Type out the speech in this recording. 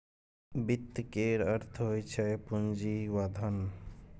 वित्त केर अर्थ होइ छै पुंजी वा धन